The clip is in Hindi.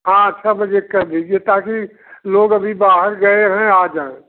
हाँ छ बजे कर दीजिए ताकि लोग अभी बाहर गए हैं आ जाएँ